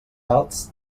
alts